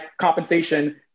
compensation